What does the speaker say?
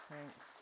Thanks